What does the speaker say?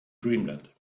dreamland